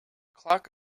clark